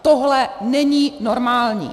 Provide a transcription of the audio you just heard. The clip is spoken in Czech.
Tohle není normální.